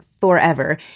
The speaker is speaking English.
forever